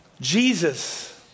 Jesus